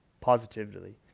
positively